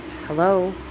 hello